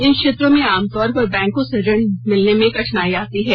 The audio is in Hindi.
इन क्षेत्रों में आमतौर पर बैंको से ऋण मिलने में कठिनाई आती है